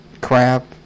crap